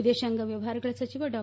ವಿದೇಶಾಂಗ ವ್ಯವಹಾರಗಳ ಸಚಿವ ಡಾ